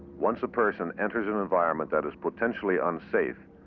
once a person enters an environment that is potentially unsafe,